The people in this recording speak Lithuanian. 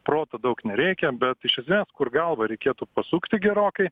proto daug nereikia bet iš esmės kur galvą reikėtų pasukti gerokai